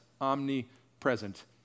omnipresent